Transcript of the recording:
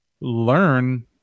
learn